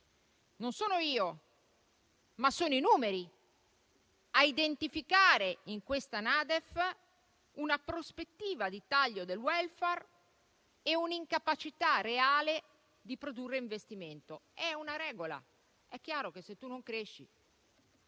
Non sono io, ma sono i numeri a identificare in questa NADEF una prospettiva di taglio del *welfare* e un'incapacità reale di produrre investimento. È una regola: è chiaro che se tu non cresci,